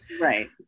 Right